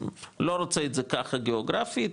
לא רוצה את זה ככה גיאוגרפית,